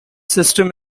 system